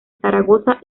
zaragoza